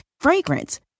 Fragrance